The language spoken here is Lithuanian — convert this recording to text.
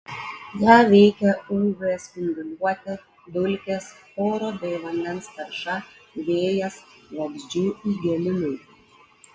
ją veikia uv spinduliuotė dulkės oro bei vandens tarša vėjas vabzdžių įgėlimai